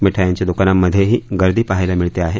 मिठायांच्या दुकानांमधेही गर्वी पहायला मिळते आहे